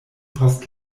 post